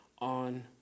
on